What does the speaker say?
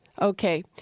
Okay